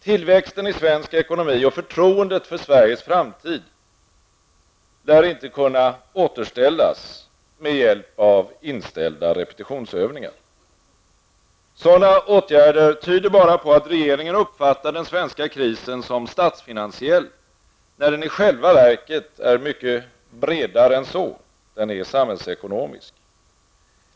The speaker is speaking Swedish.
Tillväxten i svensk ekonomi och förtroendet för Sveriges framtid som industrination lär inte kunna återställas med hjälp av inställda repetionsövningar. Sådana åtgärder tyder bara på att regeringen uppfattar den svenska krisen som statsfinansiell, när den i själva verket är mycket bredare än så -- den är samhällsekonomisk.